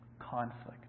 Conflict